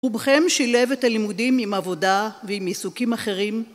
רובכם שילב את הלימודים עם עבודה ועם עיסוקים אחרים.